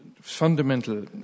fundamental